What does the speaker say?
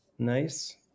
Nice